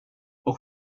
och